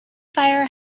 fire